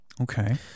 Okay